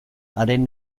haren